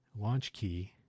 LaunchKey